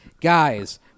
Guys